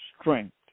strength